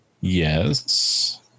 Yes